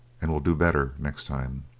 and will do better next time.